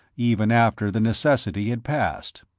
even after the necessity had passed.